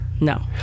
No